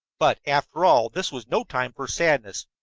but, after all, this was no time for sadness.